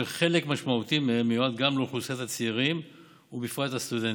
שחלק משמעותי מהם מיועד גם לאוכלוסיית הצעירים ובפרט לסטודנטים.